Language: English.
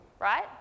right